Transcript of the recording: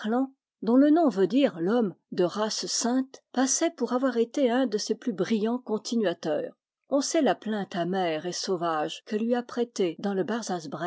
dont le nom veut dire l'homme de race sainte passait pour avoir été un de ses plus brillants continuateurs on sait la plainte amère et sau vage que lui a prêtée dans le